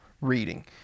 reading